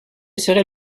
serait